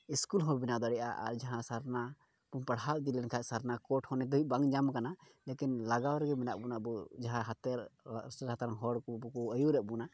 school ᱦᱚᱸ ᱵᱮᱱᱟᱣ ᱫᱟᱲᱮᱭᱟᱜᱼᱟ ᱟᱨ ᱡᱟᱦᱟᱸ ᱥᱟᱨᱱᱟ ᱛᱮᱵᱚᱱ ᱯᱟᱲᱦᱟᱣ ᱤᱫᱤ ᱞᱮᱱᱠᱷᱟᱡ ᱥᱟᱨᱱᱟ ᱠᱳᱰ ᱦᱚᱸ ᱱᱤᱛ ᱫᱷᱟᱹᱵᱤᱡ ᱵᱟᱝ ᱧᱟᱢ ᱠᱟᱱᱟ ᱞᱮᱠᱤᱱ ᱞᱟᱜᱟᱣ ᱨᱮᱜᱮ ᱢᱮᱱᱟᱜ ᱵᱚᱱᱟ ᱟᱵᱚ ᱡᱟᱦᱟᱸ ᱞᱟᱥᱮᱨ ᱦᱟᱛᱟᱝ ᱦᱚᱲ ᱠᱚ ᱵᱟᱠᱚ ᱟᱹᱭᱩᱨᱮᱜ ᱵᱚᱱᱟ